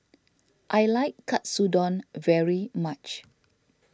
I like Katsudon very much